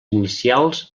inicials